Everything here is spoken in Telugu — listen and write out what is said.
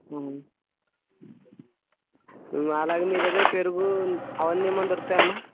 అలాగే మీ దగ్గర పెరుగు అవన్నీ ఏమన్నా దొరుకుతాయా అన్న